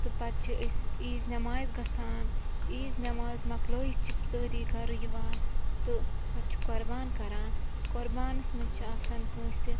تہٕ پَتہٕ چھِ أسۍ عیٖذ نیٚمازِ گَژھان عیٖذ نیٚماز مۄکلٲیِتھ چھِ سٲری گَھرٕ یِوان تہٕ پَتہٕ چھِ قۄربان کَران قۄربانَس منٛز چھِ آسان کٲنٛسہِ